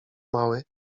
mały